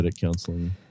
counseling